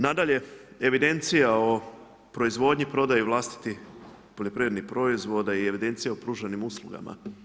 Nadalje, evidencija o proizvodnji, prodaji vlastitih poljoprivrednih proizvoda i evidencija o pružanim uslugama.